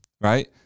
right